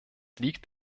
liegt